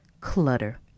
Clutter